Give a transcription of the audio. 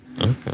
Okay